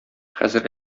хәзер